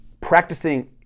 practicing